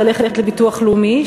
ללכת לביטוח לאומי,